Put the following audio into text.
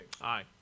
Aye